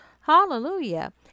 hallelujah